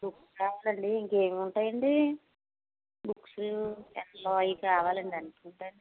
books కావాలండి ఇంకేం ఉంటాయండి బుక్స్ పెన్నులు అవి కావాలండి ఎంత ఉంటాయి